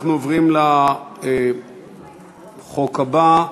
אנחנו עוברים לסעיף הבא: